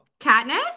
Katniss